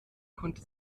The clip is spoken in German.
konnte